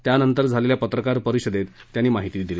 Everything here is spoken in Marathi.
त्यानंतर झालेल्या पत्रकार परिषदेत त्यांनी ही माहिती दिली